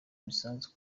imisanzu